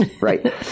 Right